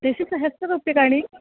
दशसहस्ररूप्यकाणि